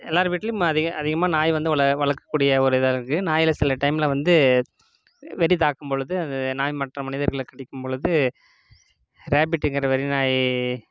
எல்லாரோ வீட்லேயும் அதிக அதிகமாக நாய் வந்து வள வளர்க்கக்கூடிய ஒரு இதாக இருக்குது நாய்லாம் சில டைமில் வந்து வெறி தாக்கும்பொழுது அந்த நாய் மற்ற மனிதர்களை கடிக்கும் பொழுது ரேபிட்டுங்கிற வெறி நாய்